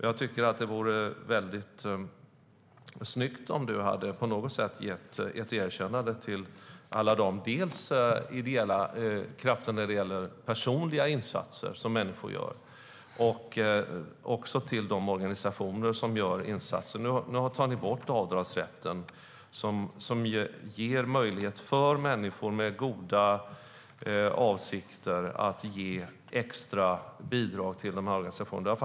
Ni tar bort avdragsrätten som ger möjlighet för människor med goda avsikter att ge extra bidrag till dessa organisationer.